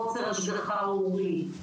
חוסר השגחה הורית,